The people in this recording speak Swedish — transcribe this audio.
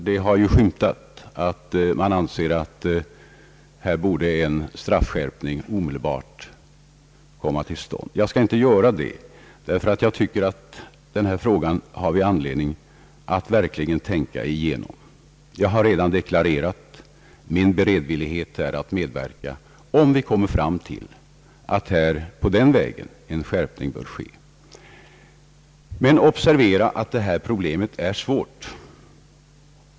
Det har ju skymtat att man anser att en straffskärpning omedelbart borde komma till stånd. Jag tycker att vi har anledning att tänka igenom den här frågan. Jag har redan deklarerat min beredvillighet att medverka om vi kommer fram till att en skärpning bör ske. Observera att det här problemet är svårt.